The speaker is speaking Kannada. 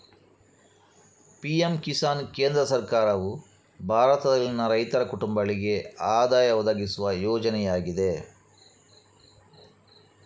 ಪಿ.ಎಂ ಕಿಸಾನ್ ಕೇಂದ್ರ ಸರ್ಕಾರವು ಭಾರತದಲ್ಲಿನ ರೈತರ ಕುಟುಂಬಗಳಿಗೆ ಆದಾಯ ಒದಗಿಸುವ ಯೋಜನೆಯಾಗಿದೆ